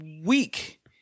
week